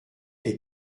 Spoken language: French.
est